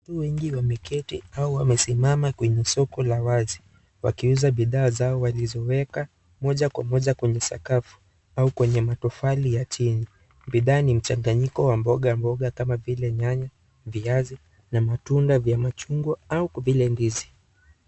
Watu wengi wameketi au wamesimama kwenye soko la wazi wakiuza bidhaa zao walizoweka moja kwa moja kwenye sakafu au kwenye matofali ya chini. Bidhaa ni mchanganyiko wa mboga, mboga kama vile nyanya, viazi, na matunda vya machungwa au kwa vile ndizi.